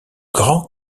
grand